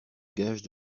gage